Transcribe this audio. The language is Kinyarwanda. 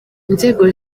inzego